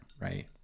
Right